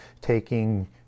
taking